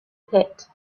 pit